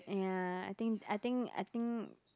and I think I think I think